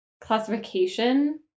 classification